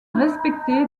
respecté